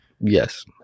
Yes